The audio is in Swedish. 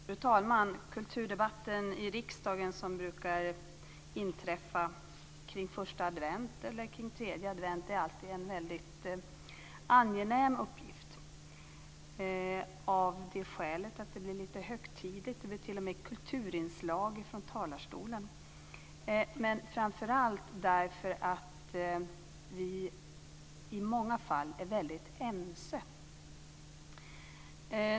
Fru talman! Kulturdebatten i riksdagen, som brukar hållas vid första advent eller vid tredje advent, är alltid angenäm, av det skälet att det då blir lite högtidligt - det blir t.o.m. kulturinslag från talarstolen - men framför allt därför att vi i många fall är väldigt ense.